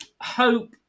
Hope